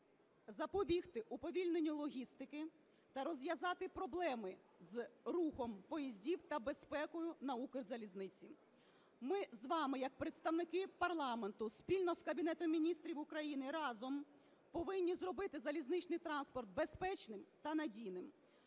запобігти уповільненню логістики та розв'язати проблеми з рухом поїздів та безпекою на Укрзалізниці. Ми з вами як представники парламенту спільно з Кабінетом Міністрів України разом повинні зробити залізничний транспорт безпечним та надійним.